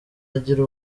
agira